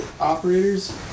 operators